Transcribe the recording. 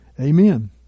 Amen